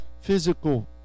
physical